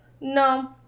no